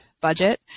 budget